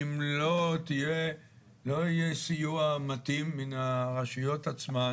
אם לא יהיה סיוע מתאים מן הרשויות עצמן